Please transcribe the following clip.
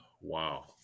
Wow